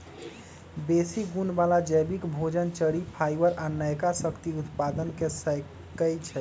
बेशी गुण बला जैबिक भोजन, चरि, फाइबर आ नयका शक्ति उत्पादन क सकै छइ